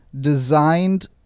designed